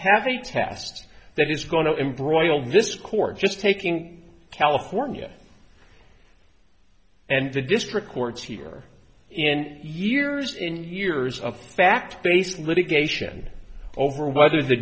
have a test that is going to embroil this court just taking california and the district courts here in years and years of fact based litigation over whether the